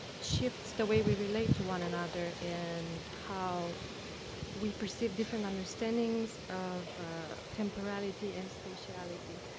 shifts the way we relate to one another and how we perceive different understandings of temporality and spatiality.